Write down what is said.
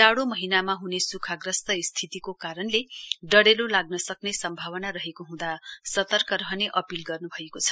जाडो महीनामा स्ख्खाग्रस्त स्थितिको कारणले डडेलो लाग्न सक्ने सम्भावना रहेको हँदा सतर्क रहने अपील गर्न् भएको छ